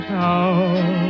town